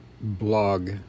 blog